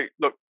look